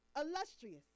illustrious